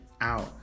out